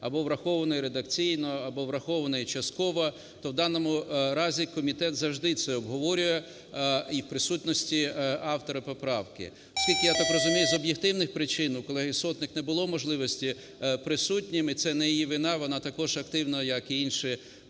або врахованої редакційно, або врахованої частково, то в даному разі комітет завжди це обговорює, і в присутності автора поправки. Оскільки, я так розумію, з об'єктивних причин у колеги Сотник не було можливості бути присутньою, це не її вина, вона також активно, як і інші